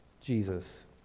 Jesus